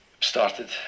started